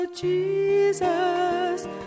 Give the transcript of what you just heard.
Jesus